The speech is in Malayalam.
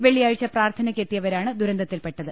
വെള്ളിയാഴ്ച പ്രാർത്ഥനക്ക് എത്തിയവരാണ് ദുരന്തത്തിൽപ്പെട്ടത്